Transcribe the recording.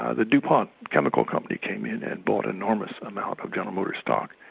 ah the du pont chemical company came in and bought enormous amounts of general motors stock,